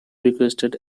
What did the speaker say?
requested